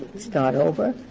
start over,